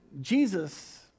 Jesus